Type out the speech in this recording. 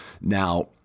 now